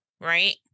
right